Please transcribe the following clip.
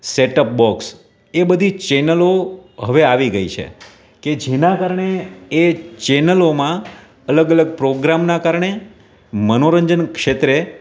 set top box એ બધી ચેનલો હવે આવી ગઈ છે કે જેનાં કારણે એ ચેનલોમાં અલગ અલગ પ્રોગ્રામનાં કારણે મનોરંજન ક્ષેત્રે